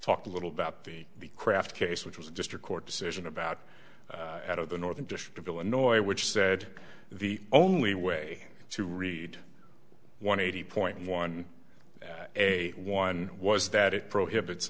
talked a little about the craft case which was a district court decision about at the northern district of illinois which said the only way to read one eighty point one a one was that it prohibits